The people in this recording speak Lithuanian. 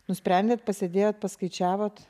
nusprendėt pasėdėjot paskaičiavot